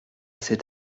cet